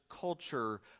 culture